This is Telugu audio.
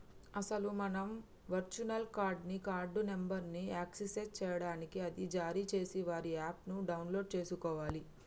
అసలు మనం వర్చువల్ కార్డ్ ని కార్డు నెంబర్ను యాక్సెస్ చేయడానికి అది జారీ చేసే వారి యాప్ ను డౌన్లోడ్ చేసుకోవాలి